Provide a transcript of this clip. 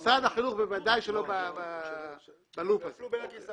משרד החינוך לא בלופ הזה.